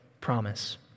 promise